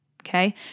Okay